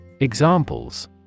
Examples